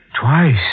Twice